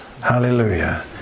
Hallelujah